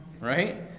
right